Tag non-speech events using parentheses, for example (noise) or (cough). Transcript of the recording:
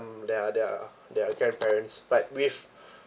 their their their grandparents but with (breath)